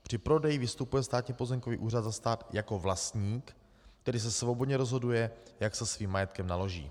Při prodeji vystupuje Státní pozemkový úřad za stát jako vlastník, tedy se svobodně rozhoduje, jak se svým majetkem naloží.